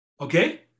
Okay